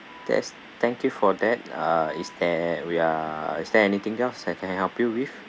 that's thank you for that uh is there we are is there anything else I can help you with